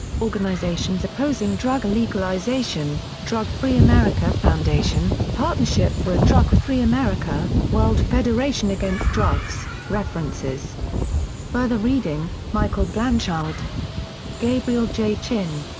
organizations opposing drug legalization drug free america foundation partnership for a drug-free america world federation against drugs references further reading michael blanchard gabriel j. chin.